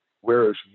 whereas